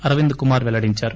అరవింద్ కుమార్ పెల్లడించారు